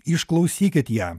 išklausykit ją